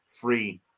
free